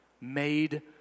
made